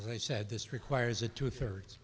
as i said this requires a two thirds